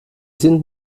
sind